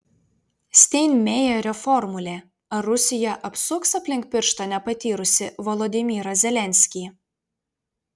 steinmeierio formulė ar rusija apsuks aplink pirštą nepatyrusį volodymyrą zelenskį